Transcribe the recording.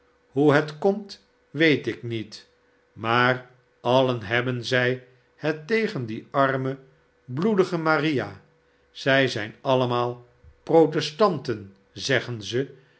hoe het komt weet ik niet maar alien hebben zij het tegen die arme bloedige maria zij zijn allemaal protestanten zeggen ze